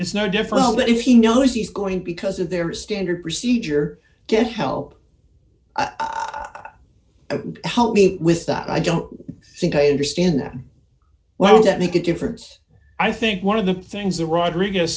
is no different but if he knows he's going because of their standard procedure get help help me with that i don't think i understand them well that make a difference i think one of the things that rodriguez